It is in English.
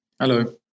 Hello